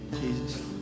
Jesus